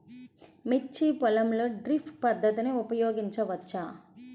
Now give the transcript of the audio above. మిర్చి పొలంలో డ్రిప్ పద్ధతిని ఉపయోగించవచ్చా?